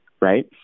Right